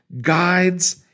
guides